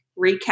recap